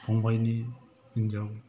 फंबायनि हिनजाव